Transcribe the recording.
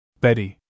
Betty